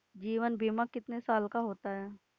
जीवन बीमा कितने साल का होता है?